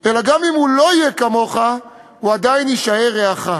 אלא גם אם הוא לא יהיה כמוך הוא עדיין יישאר רעך.